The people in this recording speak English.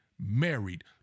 married